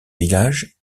villages